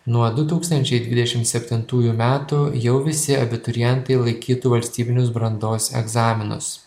nuo du tūkstančiai dvidešim septintųjų metų jau visi abiturientai laikytų valstybinius brandos egzaminus